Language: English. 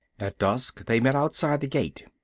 at dusk they met outside the gate.